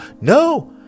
no